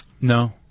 No